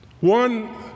One